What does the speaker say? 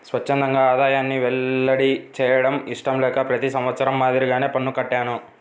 స్వఛ్చందంగా ఆదాయాన్ని వెల్లడి చేయడం ఇష్టం లేక ప్రతి సంవత్సరం మాదిరిగానే పన్ను కట్టాను